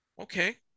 okay